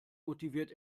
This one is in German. motiviert